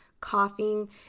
coughing